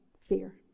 fear